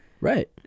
Right